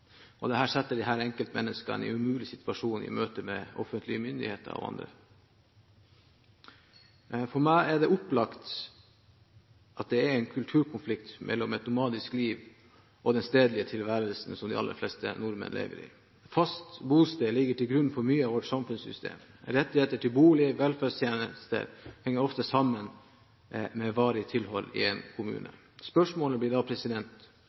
og skrivekunnskaper. Dette setter disse enkeltmenneskene i en umulig situasjon i møte med offentlige myndigheter og andre. For meg er det opplagt at det er en kulturkonflikt mellom et nomadisk liv og den stedlige tilværelsen som de aller fleste nordmenn lever i. Fast bosted ligger til grunn for mye av vårt samfunnssystem. Rettigheter til bolig og velferdstjenester henger ofte sammen med varig tilhold i en kommune. Spørsmålet blir da